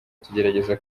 tugerageza